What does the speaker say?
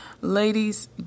Ladies